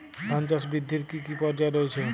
ধান চাষ বৃদ্ধির কী কী পর্যায় রয়েছে?